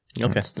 Okay